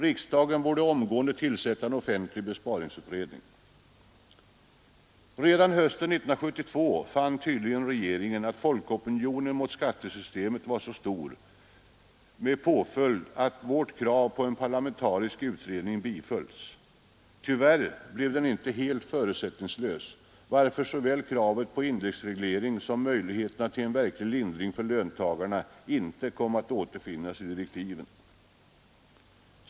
Riksdagen borde omgående tillsätta en offentlig besparingsutredning. Redan hösten 1972 fann tydligen regeringen att folkopinionen mot skattesystemet var stor med påföljd att vårt krav på en parlamentarisk utredning bifölls. Tyvärr blev den inte helt förutsättningslös, varför såväl kravet på indexreglering som önskemålet om en verklig lindring för löntagarna inte kom att återfinnas i direktiven.